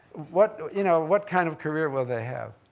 what you know what kind of career will they have?